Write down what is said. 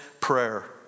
prayer